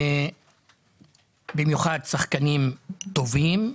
במיוחד שחקנים טובים,